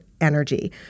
energy